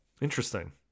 Interesting